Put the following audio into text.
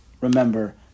remember